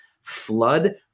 flood